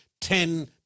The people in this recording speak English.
Ten